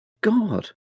God